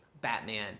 Batman